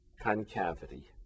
concavity